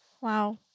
Wow